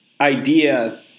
idea